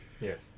yes